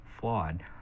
flawed